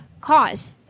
cause